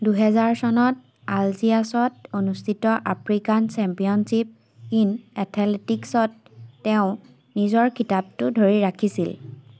দুহেজাৰ চনত আলজিয়াৰ্ছত অনুষ্ঠিত আফ্ৰিকান চেম্পিয়নশ্বিপ ইন এথেলেটিকছত তেওঁ নিজৰ খিতাপটো ধৰি ৰাখিছিল